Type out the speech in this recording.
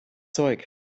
zeug